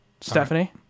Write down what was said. stephanie